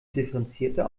differenzierter